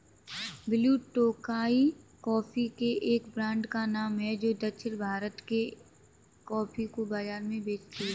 blue Tokai coffee के एक brand का नाम है जो दक्षिण भारत के कॉफी को बाजार में बेचती है